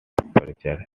preacher